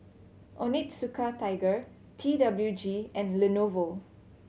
Onitsuka Tiger T W G and Lenovo